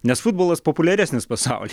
nes futbolas populiaresnis pasauly